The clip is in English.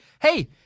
Hey